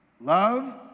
Love